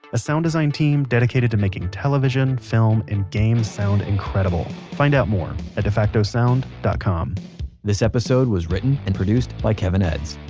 a sound design team dedicated to making television, film, and games sound incredible. find out more at defactosound defactosound dot com this episode was written and produced by kevin edds,